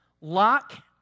Lock